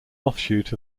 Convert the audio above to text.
offshoot